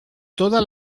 toda